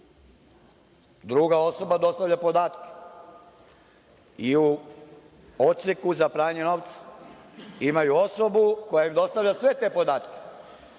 druga osoba dostavlja podatke i u odseku za pranje novca imaju osobu koja im dostavlja sve te podatke.